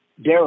Daryl